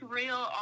real